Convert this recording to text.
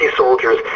soldiers